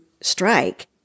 strike